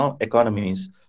economies